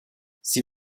sie